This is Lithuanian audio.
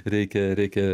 reikia reikia